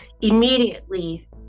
immediately